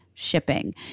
shipping